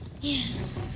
Yes